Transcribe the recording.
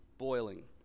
Boiling